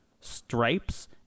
stripes